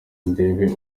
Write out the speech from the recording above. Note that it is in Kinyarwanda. ndebe